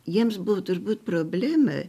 jiems buvo turbūt problema